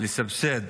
לסבסד